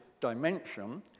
dimension